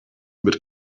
but